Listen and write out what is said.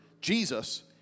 Jesus